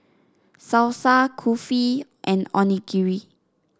Salsa Kulfi and Onigiri